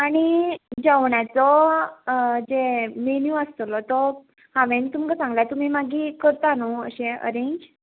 आनी जेवणाचो जे मेन्यू आसतलो तो हांवें तुमकां सांगला तुमी मागीर करता न्हू अशें अरेंज